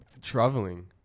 traveling